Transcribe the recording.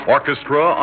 Orchestra